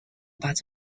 but